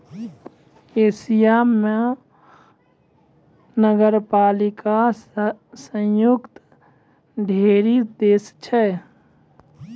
Asia म नगरपालिका स युक्त ढ़ेरी देश छै